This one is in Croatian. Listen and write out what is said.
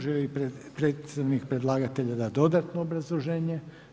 Želi li predstavnik predlagatelja dati dodatno obrazloženje?